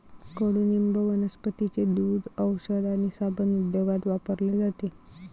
कडुनिंब वनस्पतींचे दूध, औषध आणि साबण उद्योगात वापरले जाते